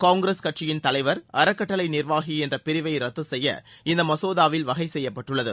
காங்கிரஸ் கட்சியின் தலைவர் அறக்கட்டளை நிர்வாகி என்ற பிரிவை ரத்து செய்ய இந்த மசோதாவில் வகைசெய்யப்பட்டுள்ளது